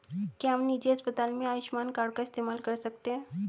क्या हम निजी अस्पताल में आयुष्मान कार्ड का इस्तेमाल कर सकते हैं?